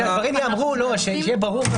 שיהיה ברור,